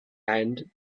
and